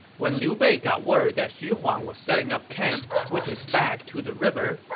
when liu bei got word that xu huang was setting up camp with his back to the river,